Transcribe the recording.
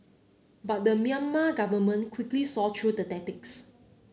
but the Myanmar government quickly saw through the tactics